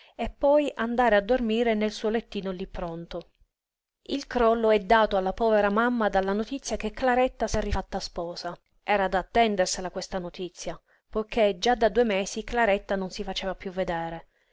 e poi andare a dormire nel suo lettino lí pronto il crollo è dato alla povera mamma dalla notizia che claretta s'è rifatta sposa era da attendersela questa notizia poiché già da due mesi claretta non si faceva piú vedere